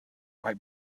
quite